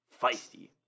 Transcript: feisty